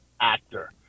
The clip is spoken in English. actor